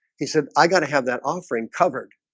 he said i gotta have that offering covered